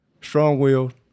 strong-willed